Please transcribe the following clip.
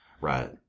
Right